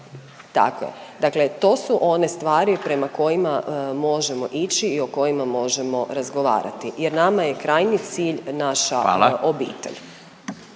je, dakle to su one stvari prema kojima možemo ići i o kojima možemo razgovarati jer nama je krajnji cilj…/Upadica